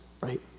Right